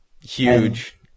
huge